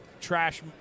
Trash